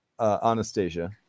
Anastasia